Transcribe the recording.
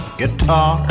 guitar